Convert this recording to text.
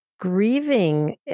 grieving